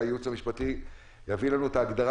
שהייעוץ המשפטי יביא לנו את ההגדרה